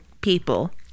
people